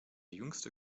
jüngste